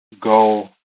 go